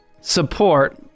...support